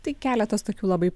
tai keletas tokių labai